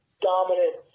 dominant